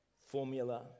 formula